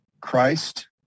Christ